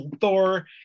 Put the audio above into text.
Thor